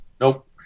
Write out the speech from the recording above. Nope